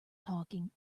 talking